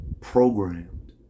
programmed